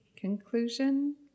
conclusion